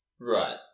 Right